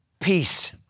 peace